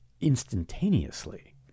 instantaneously